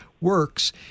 works